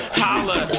holla